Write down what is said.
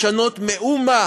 לשנות מאומה